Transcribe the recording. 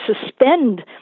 suspend